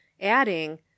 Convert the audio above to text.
adding